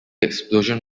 explosion